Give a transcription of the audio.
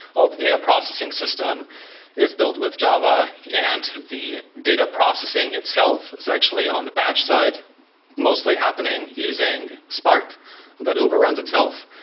all the data processing system is built with java and the data processing itself is actually on the backside mostly happening using spark that overruns itself.